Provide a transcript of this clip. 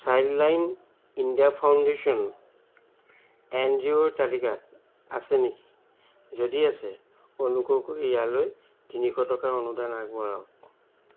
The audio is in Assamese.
Childline India Foundation N G অ'ৰ তালিকাত আছে নেকি যদি আছে অনুগ্ৰহ কৰি ইয়ালৈ তিনিশ টকাৰ অনুদান আগবঢ়াওক